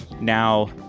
now